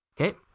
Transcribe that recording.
Okay